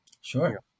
Sure